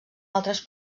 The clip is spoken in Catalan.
altres